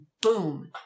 boom